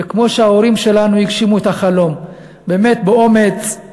וכמו שההורים שלנו הגשימו את החלום באמת באומץ,